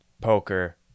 poker